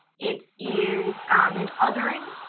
it is an othering,